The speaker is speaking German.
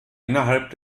innerhalb